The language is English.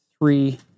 three